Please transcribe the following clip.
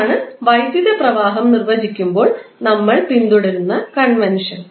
ഇതാണ് വൈദ്യുത പ്രവാഹം നിർവചിക്കുമ്പോൾ നമ്മൾ പിന്തുടരുന്ന കൺവെൻഷൻ